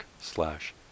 slash